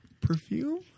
Perfume